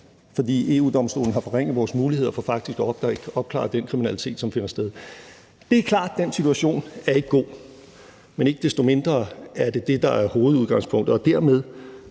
For EU-Domstolen har forringet vores muligheder for faktisk at opklare den kriminalitet, som finder sted. Det er klart, at den situation ikke er god, men ikke desto mindre er det det, der er hovedudgangspunktet